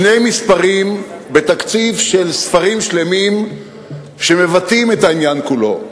שני מספרים בתקציב של ספרים שלמים שמבטאים את העניין כולו,